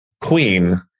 Queen